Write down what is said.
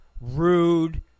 rude